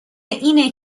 اینه